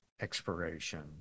expiration